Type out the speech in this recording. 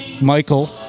Michael